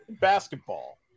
Basketball